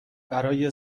برای